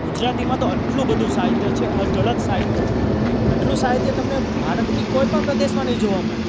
ગુજરાતીમાં તો એટલું બધું સાહિત્ય છે અઢળક સાહિત્ય છે આટલું સાહિત્ય તમને ભારતની કોઈપણ પ્રદેશમાં નહીં જોવા મળે